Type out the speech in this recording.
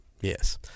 Yes